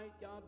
God